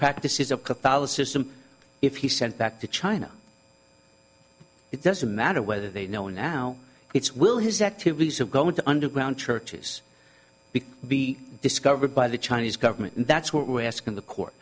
practices of catholicism if he sent back to china it doesn't matter whether they know now it's will his activities of going to underground churches be discovered by the chinese government and that's what we're asking the court